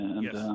yes